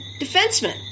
defenseman